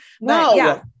No